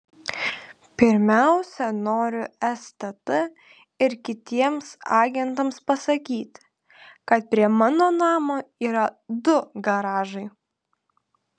pirmiausia noriu stt ir kitiems agentams pasakyti kad prie mano namo yra du garažai